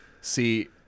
See